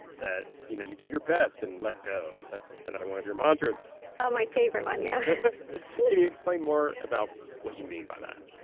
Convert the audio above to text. that you know you do your best and let go. that's another one of your mantras my favorite one yeah can you explain more about what you mean by that?